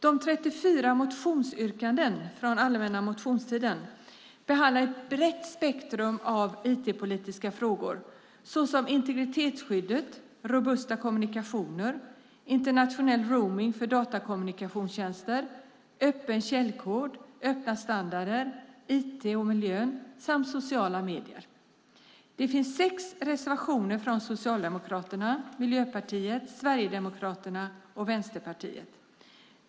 De 34 motionsyrkandena från allmänna motionstiden behandlar ett brett spektrum av IT-politiska frågor såsom integritetsskydd, robusta kommunikationer, internationell roaming för datakommunikationstjänster, öppen källkod och öppna standarder, IT och miljön samt sociala medier. Det finns sex reservationer från Socialdemokraterna, Miljöpartiet, Sverigedemokraterna och Vänsterpartiet. Herr talman!